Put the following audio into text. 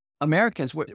Americans